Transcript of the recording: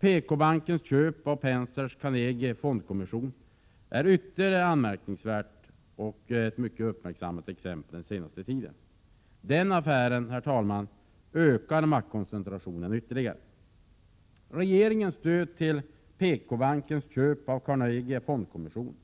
PK-bankens köp av Pensers Carnegie Fondkommission är ytterligare ett anmärkningsvärt och mycket uppmärksammat exempel den senaste tiden. Den affären, herr talman, ökar maktkoncentrationen ytterligare. Regeringens stöd till PK-bankens köp av Carnegie Fondkommission